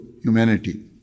humanity